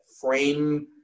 frame